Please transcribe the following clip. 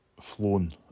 flown